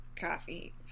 coffee